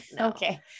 okay